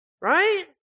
Right